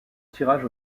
tirage